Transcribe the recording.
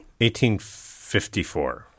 1854